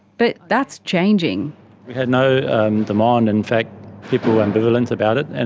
but that's changing. we had no demand, in fact people were ambivalent about it. and